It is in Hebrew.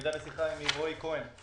הייתה לי שיחה עם רועי כהן,